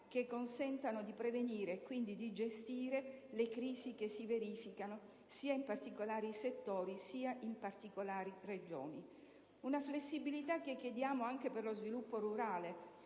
che consentano di prevenire e quindi di gestire le crisi che si verificano sia in particolari settori, sia in particolari Regioni. Una flessibilità che chiediamo anche per lo sviluppo rurale,